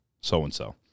so-and-so